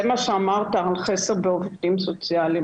זה מה שאמרת על חסר בעובדים סוציאליים.